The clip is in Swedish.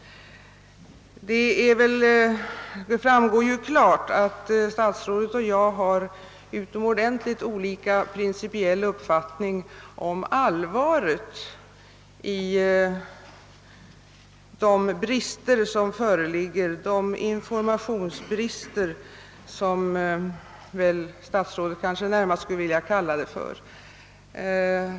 Det framgår klart att statsrådet och jag har helt olika principiella uppfattningar om allvaret i de brister som föreligger — de informationsbrister som föreligger, såsom statsrådet här närmast skulle vilja kalla det.